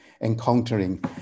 encountering